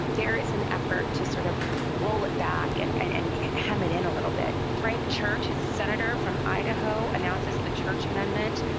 there is an effort to sort of roll it back and and and hem it in a little bit. frank church, who's a senator from idaho, announces the church amendment,